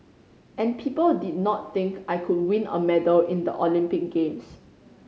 and people did not think I could win a medal in the Olympic games